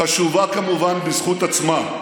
חשובה כמובן בזכות עצמה,